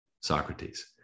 socrates